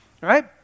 right